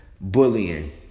bullying